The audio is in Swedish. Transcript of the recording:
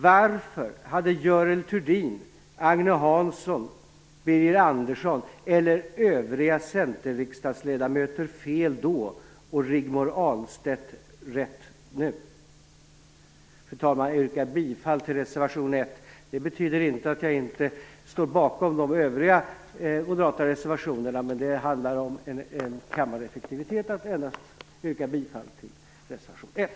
Varför hade Görel Thurdin, Agne Hansson, Birger Andersson och övriga centerriksdagsledamöter fel då, och varför har Rigmor Ahlstedt rätt nu? Fru talman! Jag yrkar bifall till reservation 1. Det betyder inte att jag inte står bakom övriga moderata reservationer, men det är ett uttryck för en kammareffektivitet att endast yrka bifall till reservation 1.